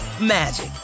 magic